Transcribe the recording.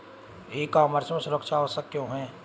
ई commerce में सुरक्षा आवश्यक क्यों है?